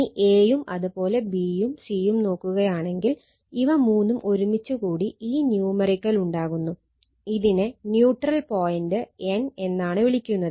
ഇനി a യും അത് പോലെ b യും c യും നോക്കുകയാണെങ്കിൽ ഇവ മൂന്നും ഒരുമിച്ച് കൂടി ഈ ന്യൂമറിക്കൽ n എന്നാണ് വിളിക്കുന്നത്